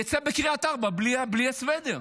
יצא בקריית ארבע בלי הסוודר,